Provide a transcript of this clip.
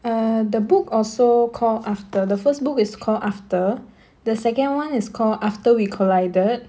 err the book also call after the first book is call after the second one is call after we collided